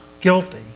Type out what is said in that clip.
guilty